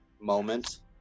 moment